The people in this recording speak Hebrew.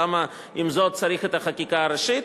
למה, עם זאת, צריך את החקיקה הראשית?